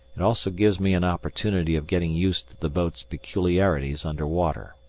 it also gives me an opportunity of getting used to the boat's peculiarities under water.